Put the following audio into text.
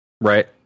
Right